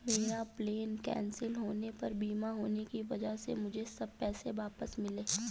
मेरा plane cancel होने पर बीमा होने की वजह से मुझे सब पैसे वापस मिले